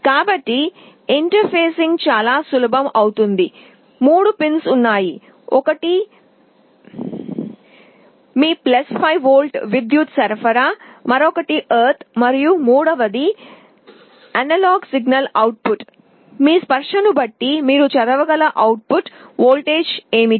కాబట్టి ఇంటర్ఫేసింగ్ చాలా సులభం అవుతుంది మూడు పిన్స్ ఉన్నాయి ఒకటి మీ 5 వోల్ట్ విద్యుత్ సరఫరా మరొకటి భూమి మరియు మూడవది అనలాగ్ సిగ్నల్ అవుట్పుట్ మీ స్పర్శను బట్టి మీరు చదవగల అవుట్పుట్ వోల్టేజ్ ఏమిటి